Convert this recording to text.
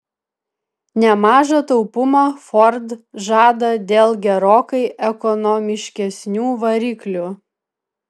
nemažą taupumą ford žada dėl gerokai ekonomiškesnių variklių